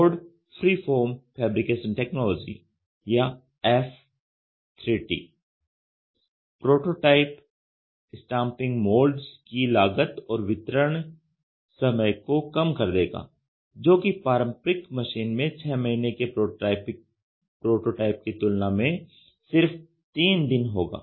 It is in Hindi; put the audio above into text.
फोर्ड फ्रीफॉर्म फैब्रिकेशन टेक्नोलॉजी या F3T प्रोटोटाइप स्टांपिंग मोल्ड्स की लागत और वितरण समय को कम कर देगा जोकि पारंपरिक मशीन में 6 महीने के प्रोटोटाइप की तुलना में सिर्फ 3 दिन होगा